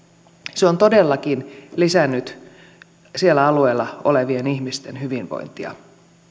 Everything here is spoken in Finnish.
se on todellakin lisännyt siellä alueella olevien ihmisten hyvinvointia